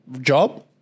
job